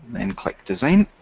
then click design.